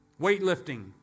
Weightlifting